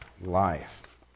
life